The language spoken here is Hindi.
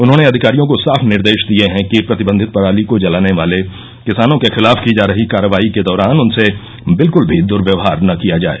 उन्हॉने अधिकारियों को साफ निर्देश दिए हैं कि प्रतिबंधित पराली को जलाने वाले किसानों के खिलाफ की जा रही कार्रवाई के दौरान उनसे बिल्कुल भी दुर्व्यवहार न किया जाए